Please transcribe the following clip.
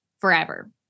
forever